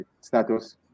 status